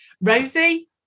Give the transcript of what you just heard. Rosie